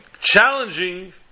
challenging